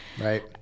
Right